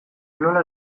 nola